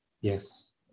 Yes